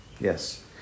yes